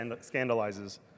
scandalizes